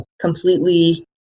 completely